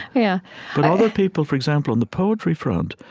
yeah but other people for example, on the poetry front,